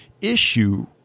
issue